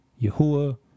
Yahuwah